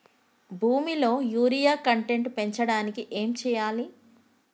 భూమిలో urea content పెంచడానికి ఏం చేయాలి?